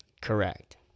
Correct